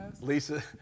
Lisa